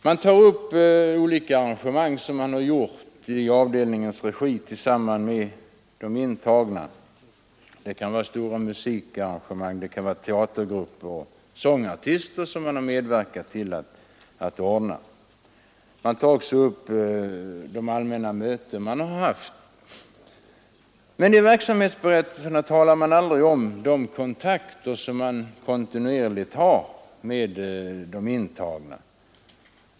Man redovisar här olika arrangemang i avdelningens regi tillsammans med intagna — det kan vara stora musikarrangemang, teatergrupper och sångartister. Man redovisar också de allmänna möten som har hållits. Men i verksamhetsberättelserna talar man aldrig om de kontakter som man kontinuerligt har med de intagna.